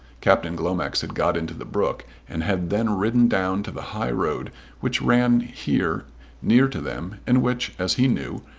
captain glomax had got into the brook, and had then ridden down to the high road which ran here near to them and which, as he knew,